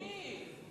מי?